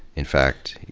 in fact,